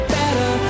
better